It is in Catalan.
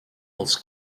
els